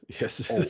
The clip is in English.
Yes